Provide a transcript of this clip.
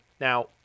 now